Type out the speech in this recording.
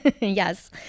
Yes